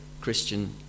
Christian